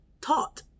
taught